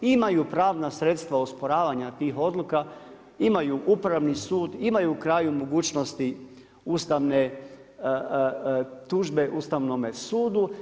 Imaju pravna sredstava osporavanja tih odluka, imaju Upravi sud, imaju na kraju mogućnost ustavne tužbe Ustavnome sudu.